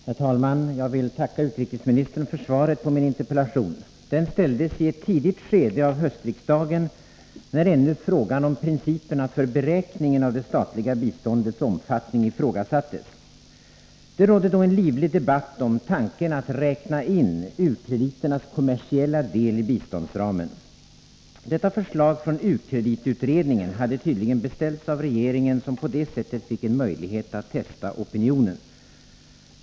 Herr talman! Jag vill tacka utrikesministern för svaret på min interpellation. Den ställdes i ett tidigt skede av höstriksdagen, när frågan om principerna för beräkningarna av det statliga biståndets omfattning ännu ifrågasattes. Det rådde då en livlig debatt om tanken att räkna in ukrediternas kommersiella del i biståndsramen. Detta förslag från u-kreditutredningen hade tydligen beställts av regeringen, som på det sättet fick en möjlighet att testa opinionen.